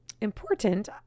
important